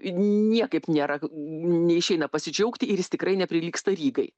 niekaip nėra neišeina pasidžiaugti ir jis tikrai neprilygsta rygai